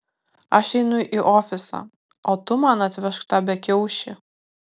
aš einu į ofisą o tu man atvežk tą bekiaušį